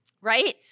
Right